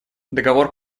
договор